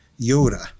Yoda